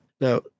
Now